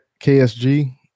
KSG